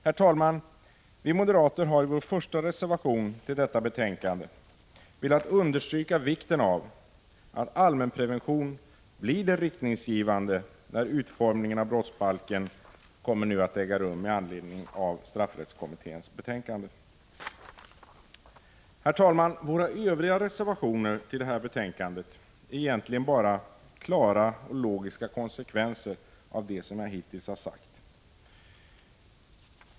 I Vi moderater har i vår första reservation i detta betänkande velat 153 understryka vikten av att allmänprevention blir riktningsgivande för utformningen av brottsbalken med anledning av straffrättskommitténs betänkande. Herr talman! Våra övriga reservationer till detta betänkande är egentligen bara klara logiska konsekvenser av det jag hittills har sagt.